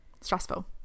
stressful